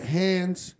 hands